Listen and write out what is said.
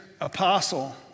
apostle